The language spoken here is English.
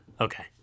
Okay